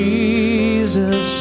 Jesus